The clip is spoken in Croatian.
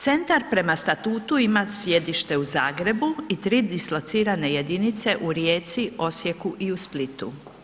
Centar prema statutu ima sjedište u Zagrebu i tri dislocirane jedinice u Rijeci, Osijeku i u Splitu.